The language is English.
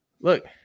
Look